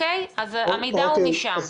אז המידע הוא משם.